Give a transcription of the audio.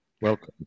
Welcome